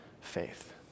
faith